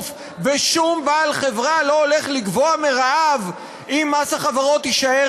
ושום בעל חברה לא הולך לגווע ברעב אם מס החברות יישאר